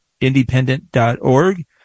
independent.org